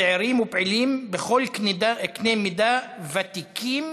צעירים ופעילים בכל קנה מידה, ותיקים,